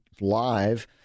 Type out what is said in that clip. live